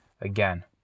Again